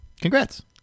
Congrats